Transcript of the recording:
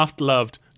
loved